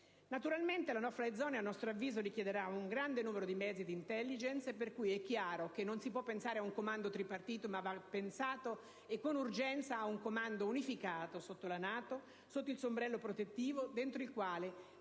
Naturalmente la *no* *fly* *zone* a nostro avviso richiederà un grande numero di mezzi e di *intelligence,* per cui è chiaro che non si può pensare ad un comando tripartito, ma va pensato, e con urgenza, un comando unificato sotto la NATO e sotto il suo ombrello protettivo, dentro il quale